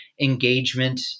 engagement